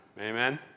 Amen